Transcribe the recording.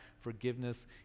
forgiveness